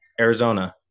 Arizona